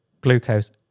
glucose